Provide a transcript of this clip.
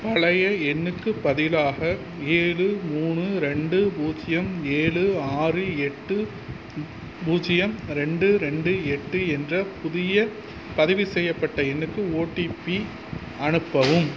பழைய எண்ணுக்குப் பதிலாக ஏழு மூணு ரெண்டு பூஜ்ஜியம் ஏழு ஆறு எட்டு பூஜ்ஜியம் ரெண்டு ரெண்டு எட்டு என்ற புதிய பதிவு செய்யப்பட்ட எண்ணுக்கு ஓடிபி அனுப்பவும்